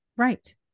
Right